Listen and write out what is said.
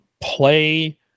play